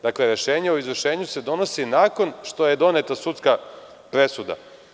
Dakle, rešenjem o izvršenju se donosi nakon što je doneta sudska presuda.